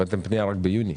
והבאתם פנייה רק ביולי.